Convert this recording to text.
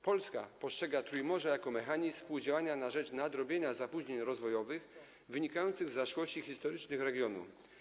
Polska postrzega Trójmorze jako mechanizm współdziałania na rzecz nadrobienia opóźnień rozwojowych wynikających z zaszłości historycznych regionu.